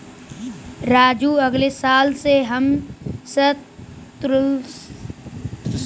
राजू अगले साल से हम त्रिशुलता मक्का उगाने की कोशिश करेंगे